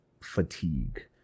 fatigue